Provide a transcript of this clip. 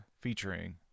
featuring